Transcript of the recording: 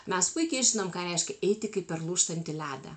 mes puikiai žinom ką reiškia eiti kaip per lūžtantį ledą